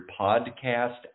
podcast